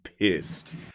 pissed